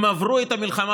הם עברו את המלחמה,